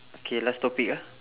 okay last topic ah